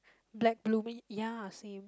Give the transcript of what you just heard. black blue me ya same